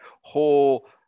whole